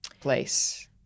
place